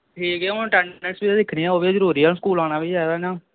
ठीक ऐ हु'न अटेंडेंस वी ते दिक्खनी ऐ ओह् वी ते जरुरी ऐ स्कूल आना बी चाहिदा ना